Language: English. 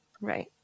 Right